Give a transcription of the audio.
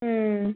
ಹ್ಞೂ